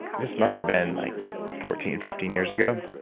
this must have been like fourteen, fifteen years ago,